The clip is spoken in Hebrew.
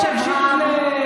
לנסות לשכנע.